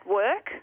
work